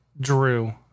Drew